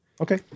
Okay